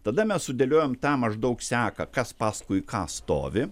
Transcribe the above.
tada mes sudėliojom tą maždaug seką kas paskui ką stovi